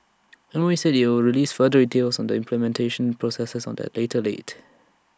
M O E said IT will release further details on the implementation processes on that later date